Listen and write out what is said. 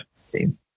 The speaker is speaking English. see